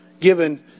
given